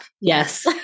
Yes